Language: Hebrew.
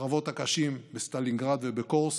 בקרבות הקשים בסטלינגרד ובקורסק.